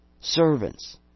servants